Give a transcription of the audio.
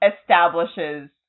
establishes